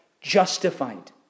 justified